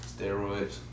Steroids